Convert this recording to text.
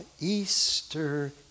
Easter